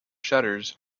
shutters